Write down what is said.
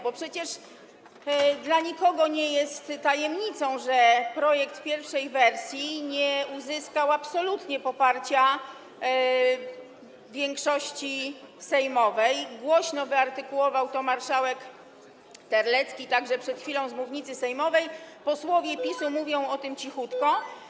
Bo przecież dla nikogo nie jest tajemnicą, że projekt w pierwszej wersji absolutnie nie uzyskał poparcia większości sejmowej - głośno wyartykułował to marszałek Terlecki także przed chwilą z mównicy sejmowej, posłowie PiS-u mówią o tym cichutko.